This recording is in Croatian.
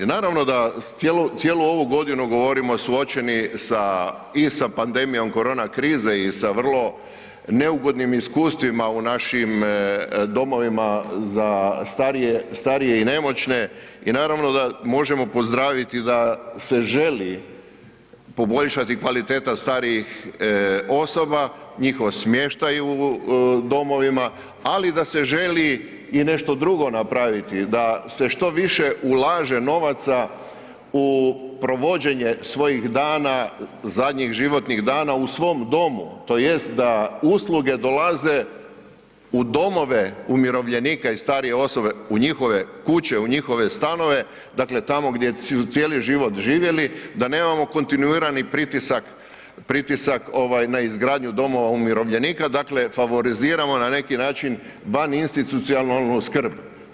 Naravno da cijelu ovu godinu govorimo suočeni i sa pandemijom korona krize i sa vrlo neugodnim iskustvima u našim domovima za starije i nemoćne i naravno da možemo pozdraviti da se želi poboljšati kvaliteta starijih osoba, njihov smještaj u domovima, ali da se želi i nešto drugo napraviti, da se što više ulaže novaca u provođenje svojih dana zadnjih životnih dana u svom domu tj. da usluge dolaze u domove umirovljenika i starije osobe u njihove kuće u njihove stanove, dakle tamo gdje su cijeli život živjeti, da nemamo kontinuirani pritisak na izgradnju domova umirovljenika, dakle favoriziramo na neki način vaninstitucionalnu skrb.